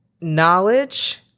knowledge